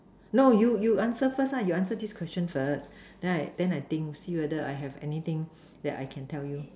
no you you answer first lah you answer this question first then I then I think see whether I have anything that can tell you